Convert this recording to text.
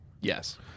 yes